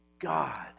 God